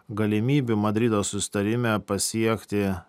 galimybių madrido susitarime pasiekti